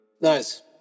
Nice